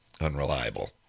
unreliable